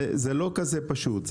זה לא כזה פשוט.